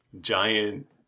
giant